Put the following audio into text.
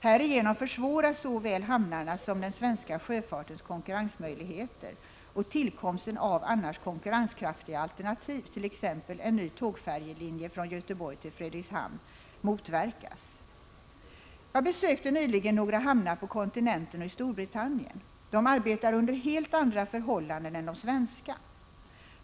Härigenom försvåras såväl hamnarnas som den svenska sjöfartens konkurrensmöjligheter och tillkomsten av annars konkurrenskraftiga alternativ, t.ex. en ny tågfärjelinje från Göteborg till Frederikshavn. Jag besökte nyligen några hamnar på kontinenten och i Storbritannien. De arbetar under helt andra förhållanden än de svenska.